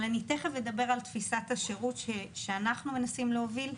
אבל תכף אדבר על תפיסת השירות שאנחנו מנסים להוביל.